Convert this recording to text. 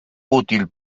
útil